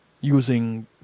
using